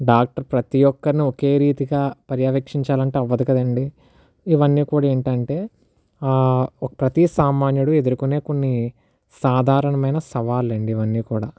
doctor ప్రతి ఒక్కరిని ఒకే రీతిగా పర్యవేక్షించాలంటే అవ్వదు కదండీ ఇవి అన్ని కూడా ఏంటంటే ఒక ప్రతీ సామాన్యుడు ఎదుర్కొనే కొన్ని సాధారణమైన సవాళ్ళండి ఇవి అన్నీ కూడా